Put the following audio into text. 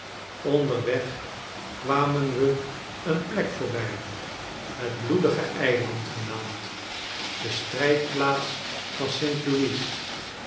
onderweg kwamen we een plek voorbij het bloedige ei a n d genaamd de strijdplaats van st louis